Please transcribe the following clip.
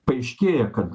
paaiškėja kad